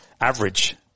average